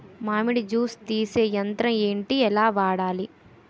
మామిడి జూస్ తీసే యంత్రం ఏంటి? ఎలా వాడాలి?